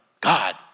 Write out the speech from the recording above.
God